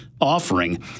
Offering